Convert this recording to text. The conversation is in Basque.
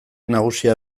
nagusia